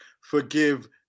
forgive